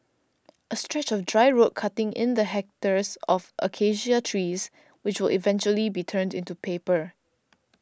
a stretch of dry road cutting in the hectares of Acacia trees which will eventually be turned into paper